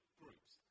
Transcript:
groups